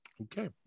Okay